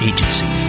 Agency